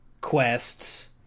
quests